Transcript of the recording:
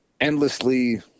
endlessly